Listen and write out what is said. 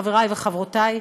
חברי וחברותי,